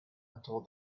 until